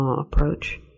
approach